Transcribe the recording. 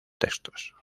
textos